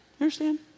understand